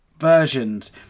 versions